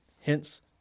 Hence